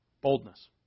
Boldness